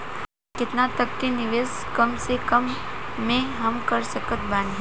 केतना तक के निवेश कम से कम मे हम कर सकत बानी?